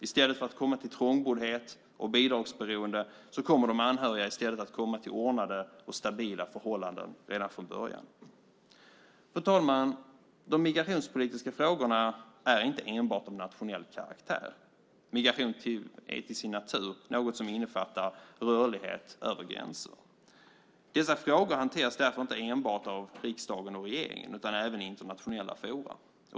I stället för att komma till trångboddhet och bidragsberoende kommer de anhöriga att komma till ordnade och stabila förhållanden redan från början. Fru talman! De migrationspolitiska frågorna är inte enbart av nationell karaktär. Migration är till sin natur något som innefattar rörlighet över gränserna. Dessa frågor hanteras därför inte enbart av riksdagen och regeringen utan även i internationella forum.